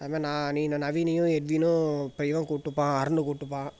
அது மாரி நான் நீ இந்த நவீனையும் எட்வினும் இப்பவன் கூப்ட்டுப்பான் அருணு கூப்ட்டுப்பான்